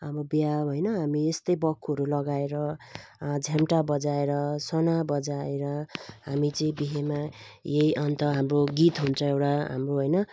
हाम्रो बिहा होइन हामी यस्तै बक्खुहरू लगाएर झ्याम्टा बजाएर सनाई बजाएर हामी चाहिँ बिहेमा यही अन्त हाम्रो गीत हुन्छ एउटा हाम्रो होइन